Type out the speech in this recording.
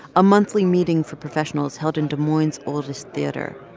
a monthly meeting for professionals held in des moines's oldest theater.